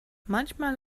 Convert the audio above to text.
manchmal